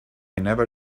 never